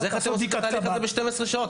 איך אתם עושים בדיקת קב"ט ב-12 שעות?